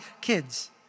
kids